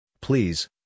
please